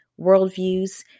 worldviews